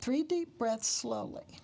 three deep breath slowly